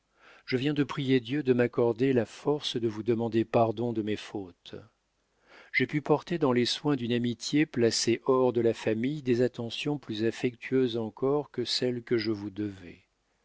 je viens de prier dieu de m'accorder la force de vous demander pardon de mes fautes j'ai pu porter dans les soins d'une amitié placée hors de la famille des attentions plus affectueuses encore que celles que je vous devais